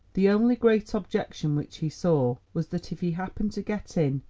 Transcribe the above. the only great objection which he saw, was that if he happened to get in,